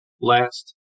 last